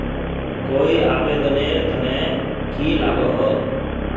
कोई आवेदन नेर तने की लागोहो?